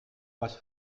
was